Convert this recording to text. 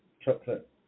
chocolate